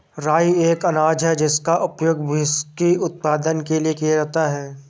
राई एक अनाज है जिसका उपयोग व्हिस्की उत्पादन के लिए किया जाता है